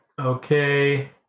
okay